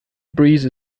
breeze